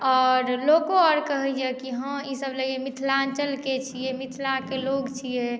आओर लोको आर कहैया कि हाँ ई सब लगैया मिथिलाञ्चल के छियै मिथिला के लोग छियै